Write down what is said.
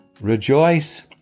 rejoice